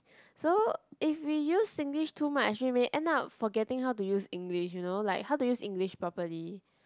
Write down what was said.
so if we use Singlish too much we may end up forgetting how to use English you know like how to use English properly